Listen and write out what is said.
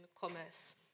commerce